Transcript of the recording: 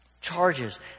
charges